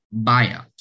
buyout